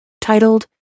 titled